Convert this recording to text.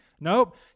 Nope